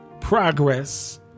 Progress